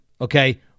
Okay